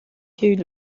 you